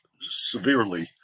severely